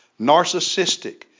narcissistic